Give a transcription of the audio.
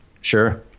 Sure